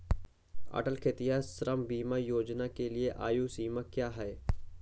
अटल खेतिहर श्रम बीमा योजना के लिए आयु सीमा क्या है?